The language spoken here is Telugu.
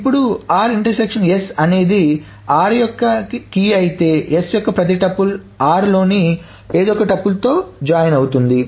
ఇప్పుడు అనేది r యొక్క కి అయితే s యొక్క ప్రతి టుపుల్ r లోని ఏదో ఒక టుపుల్తో జాయిన్ అవుతుంది